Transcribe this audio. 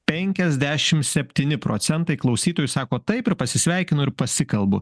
penkiasdešimt septyni procentai klausytojų sako taip ir pasisveikinu ir pasikalbu